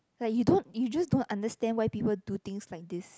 like you don't you just don't understand why people do things like this